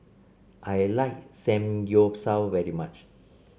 I like Samgyeopsal very much